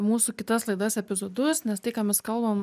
mūsų kitas laidas epizodus nes tai ką mes kalbam